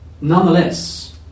Nonetheless